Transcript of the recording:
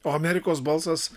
o amerikos balsas